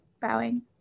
Bowing